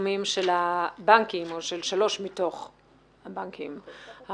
התשלומים של הבנקים או של שלושה מתוך הבנקים האחרים,